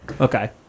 Okay